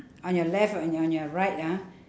on your left and on your right ah